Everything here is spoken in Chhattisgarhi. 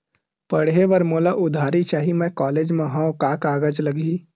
पढ़े बर मोला उधारी चाही मैं कॉलेज मा हव, का कागज लगही?